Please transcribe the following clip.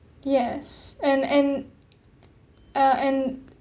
yes and and uh and